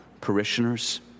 parishioners